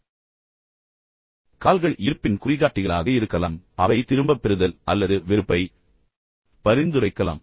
கால்களைப் பார்ப்பதில் நாம் சிறிது நேரம் செலவிடுகிறோம் ஏனெனில் அவை ஈர்ப்பின் குறிகாட்டிகளாக இருக்கலாம் ஆனால் அவை திரும்பப் பெறுதல் அல்லது வெறுப்பை பரிந்துரைக்கலாம்